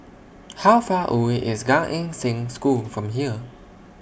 How Far away IS Gan Eng Seng School from here